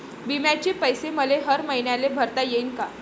बिम्याचे पैसे मले हर मईन्याले भरता येईन का?